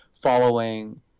following